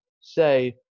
say